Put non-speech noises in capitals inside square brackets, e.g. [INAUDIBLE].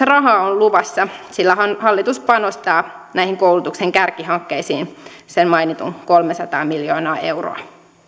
[UNINTELLIGIBLE] rahaa on luvassa sillä hallitus panostaa näihin koulutuksen kärkihankkeisiin sen mainitun kolmesataa miljoonaa euroa